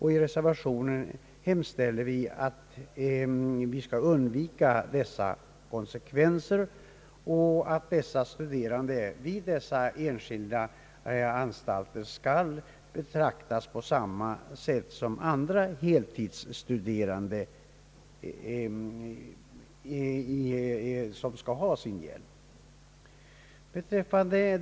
I reservationen hemställer vi att sådana konsekvenser undvikes och att de studerande vid dessa enskilda anstalter skall betraktas på samma sätt som andra heltidsstuderande som får studiehjälp.